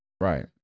Right